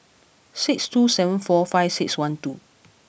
six two seven four five six one two